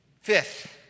Fifth